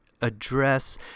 address